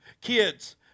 Kids